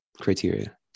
criteria